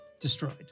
destroyed